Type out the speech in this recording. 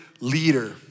Leader